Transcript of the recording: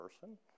person